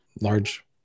large